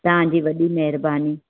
तव्हांजी वॾी महिरबानी